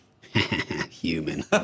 human